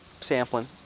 sampling